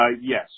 Yes